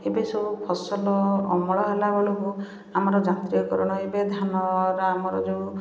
ଏବେ ସବୁ ଫସଲ ଅମଳ ହେଲା ବେଳକୁ ଆମର ଯାନ୍ତ୍ରିକକରଣ ଏବେ ଧାନର ଆମର ଯେଉଁ